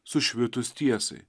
sušvitus tiesai